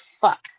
fuck